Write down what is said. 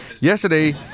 Yesterday